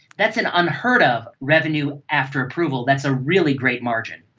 that's an unheard of revenue after approval, that's a really great margin.